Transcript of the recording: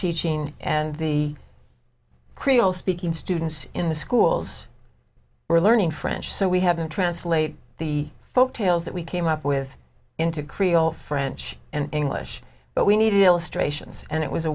teaching and the creole speaking students in the schools were learning french so we haven't translate the folk tales that we came up with into creole french and english but we needed illustrations and it was a